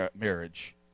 marriage